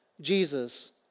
Jesus